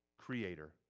creator